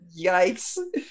Yikes